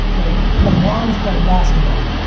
like lebron's playing basketball,